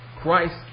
Christ